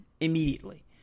immediately